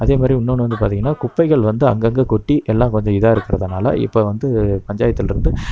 அதேமாதிரி இன்னோன்று வந்து பார்த்திங்கன்னா குப்பைகள் வந்து அங்கங்கே கொட்டி எல்லாம் கொஞ்சம் இதாக இருக்கிறதினால இப்போ வந்து பஞ்சாயத்திலருந்து